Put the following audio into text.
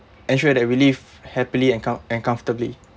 ensure that we live happily and com~ and comfortably